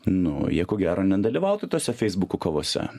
nu jie ko gero nedalyvautų tose feisbuko kovose